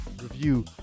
review